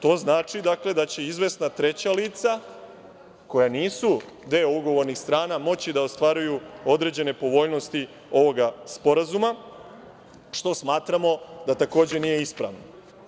To znači da će izvesna treća lica koja nisu deo ugovornih strana moći da ostvaruju određene povoljnosti ovoga sporazuma što smatramo da takođe nije ispravno.